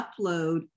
upload